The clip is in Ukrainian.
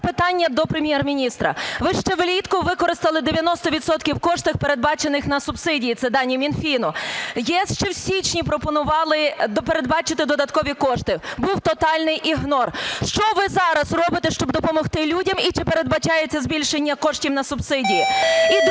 Ви ще влітку використали 90 відсотків коштів, передбачених на субсидії, це дані Мінфіну. "ЄС" ще в січні пропонували передбачити додаткові кошти – був тотальний ігнор. Що ви зараз робите, щоб допомогти людям, і чи передбачається збільшення коштів на субсидії?